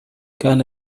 كان